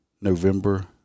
November